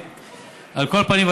על כל פנים,